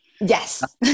Yes